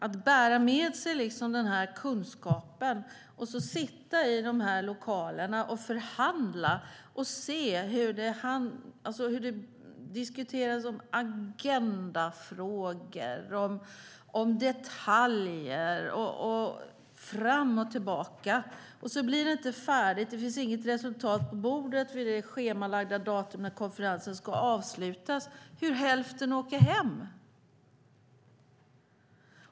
Det är oerhört frustrerande att bära med sig denna kunskap, sitta i de här lokalerna och förhandla och se hur det diskuteras om agendafrågor och detaljer fram och tillbaka. Så blir det inte färdigt - det finns inget resultat på bordet vid det schemalagda datum då konferensen ska avslutas. Hälften åker hem.